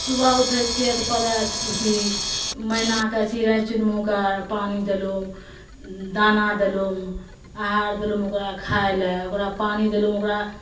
सुबह उठै छियै तऽ पहले अथी मैनाके चिड़ै चुरमुके पानि देलहुॅं दाना देलहुॅं आर देलहुॅं ओकरा खाइ लए ओकरा पानि देलहुॅं ओकरा